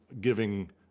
giving